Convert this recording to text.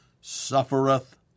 suffereth